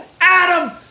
Adam